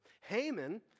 Haman